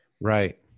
Right